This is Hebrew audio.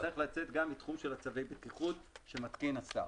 הוא צריך לצאת גם מתחום של צווי הבטיחות שמתקין השר.